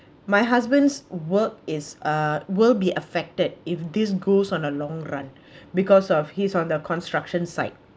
my husband's work is uh will be affected if this goes on a long run because of he's on the construction site